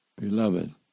Beloved